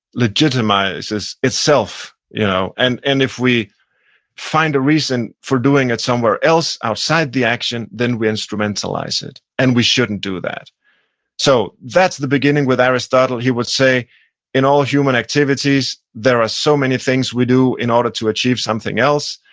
legitimizes itself. you know and and if we find a reason for doing it somewhere else outside the action, then we instrumentalize it, and we shouldn't do that so that's the beginning with aristotle. he would say in all human activities, there are so many things we do in order to achieve something else.